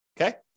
Okay